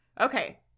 Okay